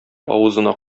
авызына